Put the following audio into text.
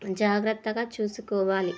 జాగ్రత్తగా చూసుకోవాలి